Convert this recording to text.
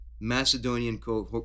Macedonian